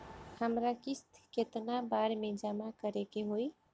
हमरा किस्त केतना बार में जमा करे के होई?